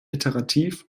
iterativ